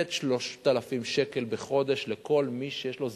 לתת 3,000 שקל בחודש לכל מי שיש לו זכאות,